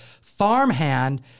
Farmhand